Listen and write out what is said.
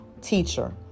teacher